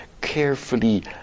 carefully